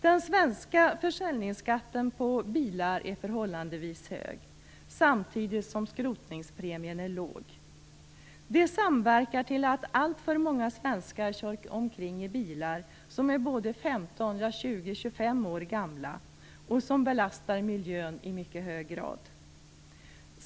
Den svenska försäljningsskatten på bilar är förhållandevis hög samtidigt som skrotningspremien är låg. Detta samverkar till att alltför många svenskar kör omkring i bilar som är 15, 20 och 25 år gamla och som belastar miljön i mycket hög grad.